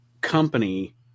company